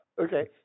Okay